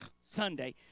Sunday